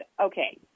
okay